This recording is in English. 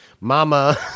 Mama